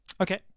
Okay